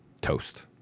toast